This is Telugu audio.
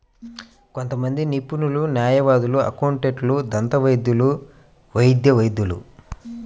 కొంతమంది నిపుణులు, న్యాయవాదులు, అకౌంటెంట్లు, దంతవైద్యులు, వైద్య వైద్యులు